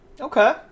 Okay